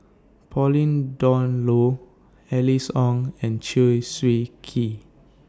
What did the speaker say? Pauline Dawn Loh Alice Ong and Chew Swee Kee